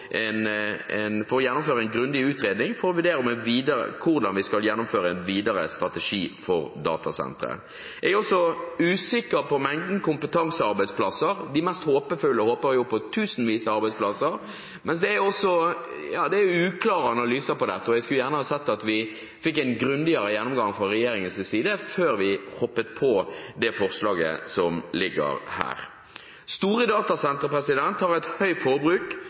vurdere hvordan vi skal gjennomføre en videre strategi for datasentre. Jeg er også usikker på mengden kompetansearbeidsplasser. De mest håpefulle håper på tusenvis av arbeidsplasser, men det er uklare analyser på dette. Jeg skulle gjerne sett at vi fikk en grundigere gjennomgang fra regjeringens side før vi hoppet på det forslaget som ligger her. Store datasentre har et høyt forbruk.